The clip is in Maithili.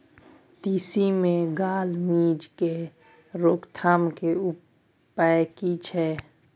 तिसी मे गाल मिज़ के रोकथाम के उपाय की छै?